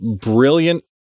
brilliant